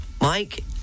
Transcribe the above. Mike